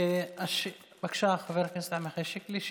אנשים לא יכולים לצאת לעבוד.